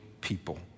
people